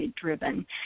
driven